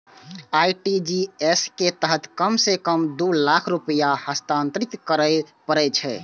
RTGS के तहत कम सं कम दू लाख रुपैया हस्तांतरित करय पड़ै छै